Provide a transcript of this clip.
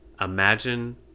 Imagine